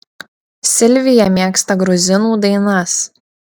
silvija mėgsta gruzinų dainas